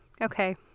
Okay